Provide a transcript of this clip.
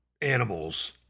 animals